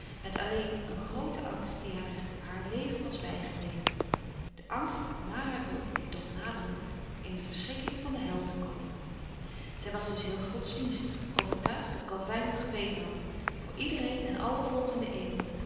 met alleen een grooten angst die haar haar leven was bijgebleven de angst na haar dood die toch naderde in de verschrikking van de hel te komen zij was dus heel godsdienstig overtuigd dat calvijn het geweten had voor iedereen en alle volgende eeuwen